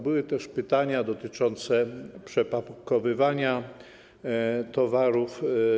Były też pytania dotyczące przepakowywania towarów.